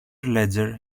ledger